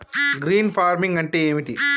Green farming అంటే ఏమిటి?